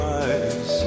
eyes